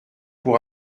pour